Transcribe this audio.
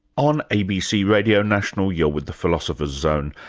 on abc radio national you're with the philosopher's zone.